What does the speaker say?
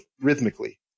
rhythmically